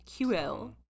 QL